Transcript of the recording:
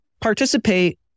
participate